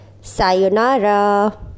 Sayonara